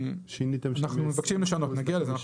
אנחנו מבקשים לשנות, נגיע לזה.